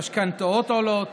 המשכנתאות עולות